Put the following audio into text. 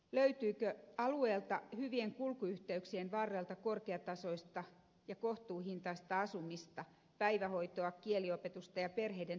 löytyykö alueelta hyvien kulkuyhteyksien varrelta korkeatasoista ja kohtuuhintaista asumista päivähoitoa kieliopetusta ja perheiden tukipalveluja